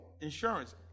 Insurance